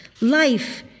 life